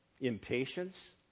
Impatience